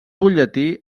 butlletí